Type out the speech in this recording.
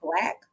black